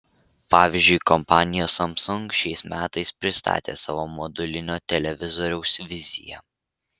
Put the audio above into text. pavyzdžiui kompanija samsung šiais metais pristatė savo modulinio televizoriaus viziją